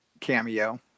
cameo